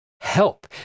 help